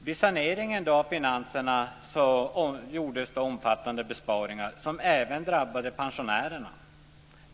Vid saneringen av finanserna gjordes omfattande besparingar som även drabbade pensionärerna.